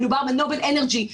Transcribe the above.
מדובר בנובל אנרג'י,